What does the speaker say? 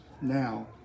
now